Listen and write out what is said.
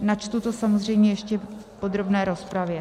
Načtu to samozřejmě ještě v podrobné rozpravě.